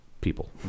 people